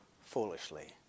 foolishly